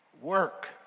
work